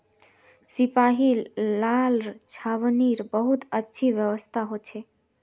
सिपाहि लार छावनीत बहुत अच्छी व्यवस्था हो छे